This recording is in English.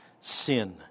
sin